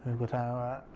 got our